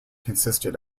consisted